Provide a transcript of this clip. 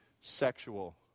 sexual